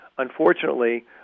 Unfortunately